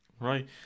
Right